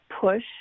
push